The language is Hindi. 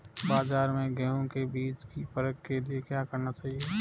बाज़ार में गेहूँ के बीज की परख के लिए क्या करना चाहिए?